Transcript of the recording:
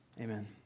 Amen